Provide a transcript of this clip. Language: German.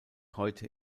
heute